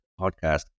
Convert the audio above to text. podcast